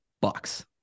Bucks